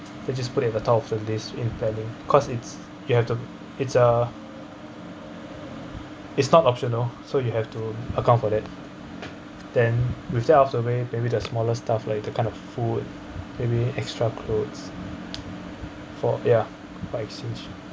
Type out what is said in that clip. they're just put at the top of the list in planning cause it's you have to it's a it's not optional so you have to account for that then with out of the way maybe the smaller stuff like the kind of food maybe extra clothes for ya by exchange